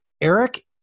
Eric